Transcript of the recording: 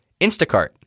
Instacart